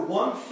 one